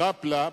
בחאפ-לאפ,